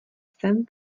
sem